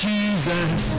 Jesus